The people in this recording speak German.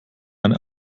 eine